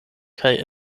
kaj